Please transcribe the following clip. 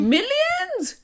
Millions